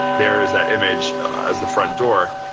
there is that image as the front door,